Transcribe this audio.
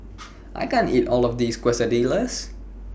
I can't eat All of This Quesadillas